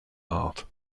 art